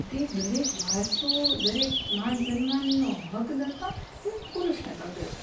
તે દરેક વારસો દરેક માન સન્માનનો હકદાતા તે પુરુષને સમજે છે